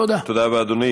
תודה רבה, אדוני.